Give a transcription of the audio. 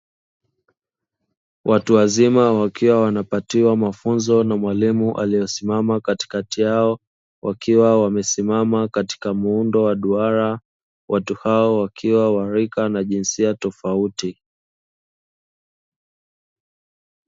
Watu wazima wakiwa wanapatiwa mafunzo na mwalimu aliyesiamama katikati yao, wakiwa wamesimama katika muundo wa duara. Watu hao wakiwa wa rika na jinsia tofauti.